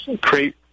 create